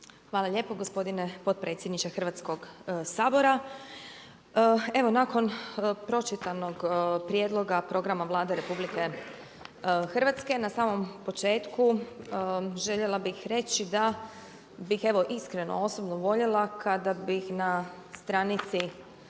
Hvala lijepo gospodine potpredsjedniče Hrvatskoga sabora. Evo nakon pročitanog prijedloga programa Vlade RH na samom početku željela bih reći da bih evo iskreno osobno voljela kada bih na stranici